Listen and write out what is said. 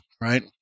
right